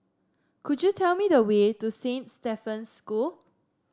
could you tell me the way to Saint Stephen's School